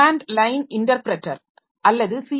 command line interpreter அல்லது C